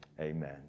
Amen